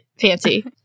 fancy